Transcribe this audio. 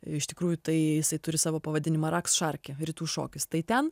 iš tikrųjų tai jisai turi savo pavadinimą raksšarki rytų šokis tai ten